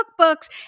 cookbooks